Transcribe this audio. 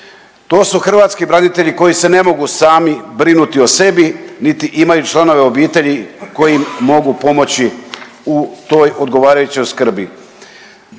To su hrvatski branitelji koji se ne mogu sami brinuti o sebi niti imaju članove obitelji koji im mogu pomoći u toj odgovarajućoj skrbi.